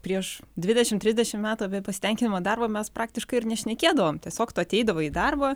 prieš dvidešimt trisdešimt metų apie pasitenkinimą darbo mes praktiškai ir nešnekėdavom tiesiog tu ateidavai į darbą